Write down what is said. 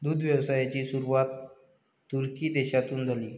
दुग्ध व्यवसायाची सुरुवात तुर्की देशातून झाली